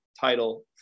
title